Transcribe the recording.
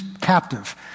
captive